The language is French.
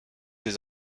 des